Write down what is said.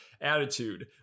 attitude